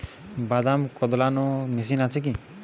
বাদাম কদলানো মেশিন আছেকি?